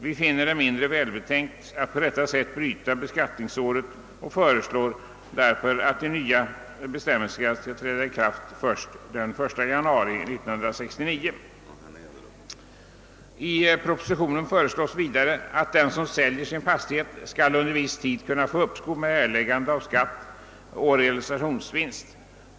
Vi finner det mindre välbetänkt att på detta sätt bryta beskattningsåret och föreslår därför att bestämmelserna skall träda i kraft den 1 januari 1969. I propositionen föreslås vidare att den som säljer sin fastighet skall under viss tid kunna få uppskov med erläggande av skatt på realisationsvinsten.